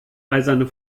eiserne